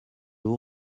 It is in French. vous